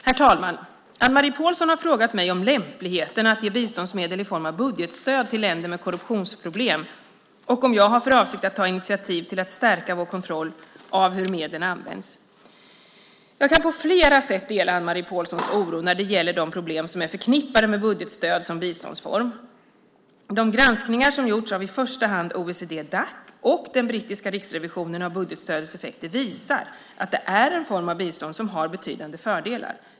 Herr talman! Anne-Marie Pålsson har frågat mig om lämpligheten av att ge biståndsmedel i form av budgetstöd till länder med korruptionsproblem och om jag har för avsikt att ta initiativ till att stärka vår kontroll av hur medlen används. Jag kan på flera sätt dela Anne-Marie Pålssons oro när det gäller de problem som är förknippade med budgetstöd som biståndsform. De granskningar som gjorts av i första hand OECD/Dac och den brittiska riksrevisionen av budgetstödets effekter visar att det är en form av bistånd som har betydande fördelar.